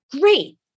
great